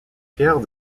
pierre